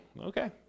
Okay